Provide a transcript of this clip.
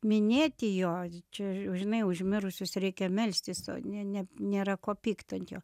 minėti jo čia žinai už mirusius reikia melstis o ne ne nėra ko pykt ant jo